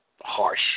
harsh